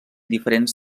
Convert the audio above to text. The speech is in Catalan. diferents